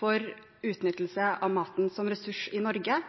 for utnyttelse av maten som ressurs i Norge,